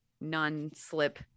non-slip